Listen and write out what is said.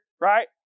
right